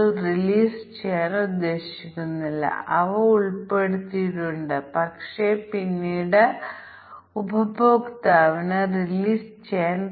ഇത് രണ്ടിനും ബാധകമാകുന്ന തരത്തിൽ നമുക്ക് അത് തിരഞ്ഞെടുക്കാം അതിനാൽ ഈ തുല്യതാ ക്ലാസിന്റെ പ്രതിനിധിയെ പരിഗണിച്ചാൽ നമുക്ക് 11 ആവശ്യമാണ്